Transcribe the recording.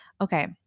Okay